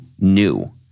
new